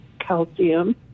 calcium